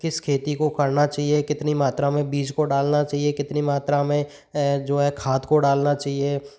किस खेती को करना चाहिए कितनी मात्रा में बीज को डालना चाहिए कितनी मात्रा में जो है खाद को डालना चाहिए